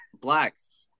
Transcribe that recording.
blacks